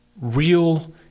real